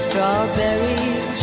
Strawberries